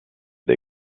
des